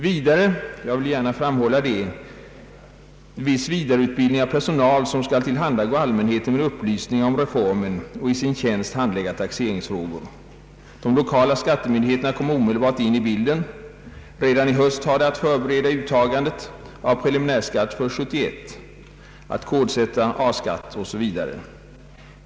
Jag vill också gärna framhålla att viss vidareutbildning erfordras av personal som skall tillhandahålla allmänheten upplysningar om reformen och i sin tjänst handlägga taxeringsfrågor. De lokala skattemyndigheterna kommer omedelbart in i bil den. Redan i höst har vi att förbereda uttagandet av preliminärskatt för år 1971, att kodsätta A-skatten 0. s. v.